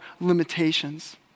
limitations